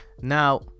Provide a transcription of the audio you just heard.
Now